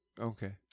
okay